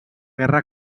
guerra